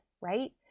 right